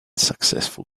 successful